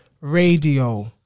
radio